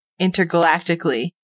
intergalactically